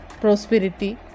prosperity